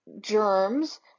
germs